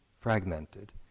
fragmented